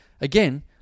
again